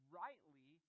rightly